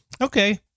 okay